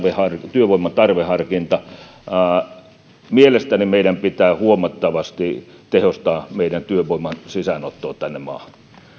työvoiman tarveharkinnasta mielestäni meidän pitää huomattavasti tehostaa meillä työvoiman sisäänottoa tänne maahan